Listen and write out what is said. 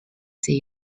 they